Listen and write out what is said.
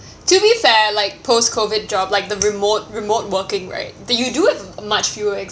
to be fair like post COVID job like the remote remote working right that you do have much fewer